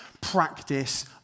practice